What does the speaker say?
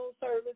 service